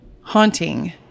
haunting